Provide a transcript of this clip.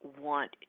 want